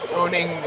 owning